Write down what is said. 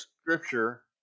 scripture